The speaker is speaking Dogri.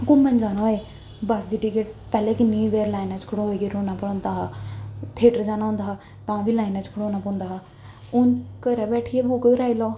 घूमन जाना होऐ बस दी टिकट पैह्लें किन्नी देर लाइना च खड़ोइयै रौह्ना पौंदा हा थेटर जाना होंदा हा तां बी लाइना च खड़ोना पौंदा हा हून घरा बैठियै बुक्क कराई लैओ